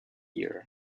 year